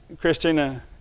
Christina